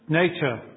nature